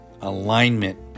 alignment